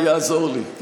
יעזור לי.